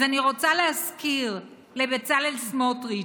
אז אני רוצה להזכיר לבצלאל סמוטריץ',